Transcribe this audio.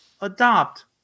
Adopt